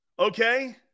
Okay